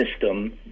system